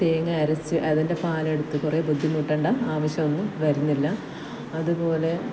തേങ്ങ അരച്ച് അതിൻ്റെ പാലെടുത്ത് കുറേ ബുദ്ധിമുട്ടേണ്ട ആവശ്യമൊന്നും വരുന്നില്ല അതുപോലെ